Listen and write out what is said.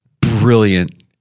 brilliant